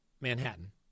Manhattan